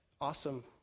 awesome